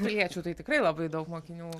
piliečių tai tikrai labai daug mokinių